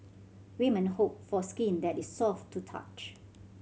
women hope for skin that is soft to the touch